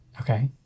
okay